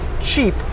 cheap